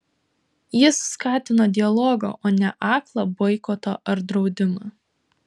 jis skatino dialogą o ne aklą boikotą ar draudimą